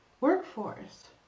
workforce